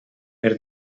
per